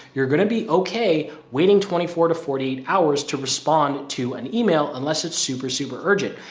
you're going to be okay, waiting twenty four to forty eight hours to respond to an email unless it's super, super urgent.